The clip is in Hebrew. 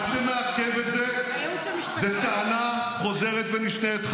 מה שמעכב את זה הוא טענה חוזרת ונשנית,